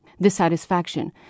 dissatisfaction